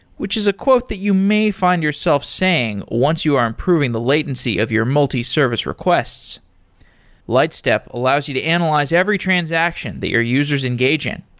which is a quote that you may find yourself saying once you are improving the latency of your multi-service requests lightstep allows you to analyze every transaction that your users engage in.